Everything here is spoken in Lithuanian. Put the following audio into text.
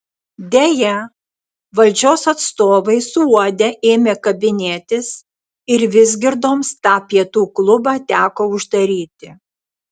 deja valdžios atstovai suuodę ėmė kabinėtis ir vizgirdoms tą pietų klubą teko uždaryti